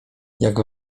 jak